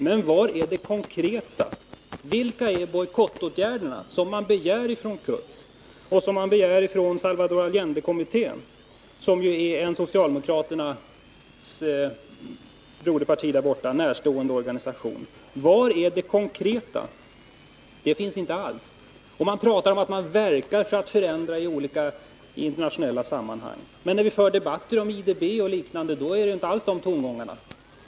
Men var är det konkreta? Vilka är bojkottåtgärderna som begärs av CUT och av Salvador Allende-kommittén, som ju är en socialdemokraternas broderparti närstående organisation? Det konkreta finns inte alls. Det pratas om att man verkar för att förändra i olika internationella sammanhang. Men när vi för debatter om IDB o. d. hörs inte alls de tongångarna.